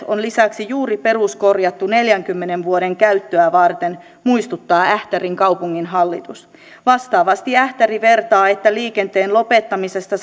on lisäksi juuri peruskorjattu neljänkymmenen vuoden käyttöä varten muistuttaa ähtärin kaupunginhallitus vastaavasti ähtäri vertaa että liikenteen lopettamisesta